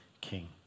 king